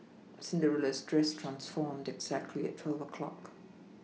Cinderella's dress transformed exactly at twelve o' clock